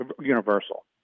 universal